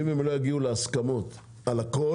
אם הם לא יגיעו להסכמות על הכול,